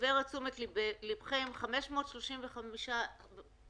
הסטודנטים לא מגיעים בפועל ובאופן פיזי לאוניברסיטאות.